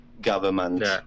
government